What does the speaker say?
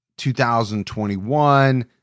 2021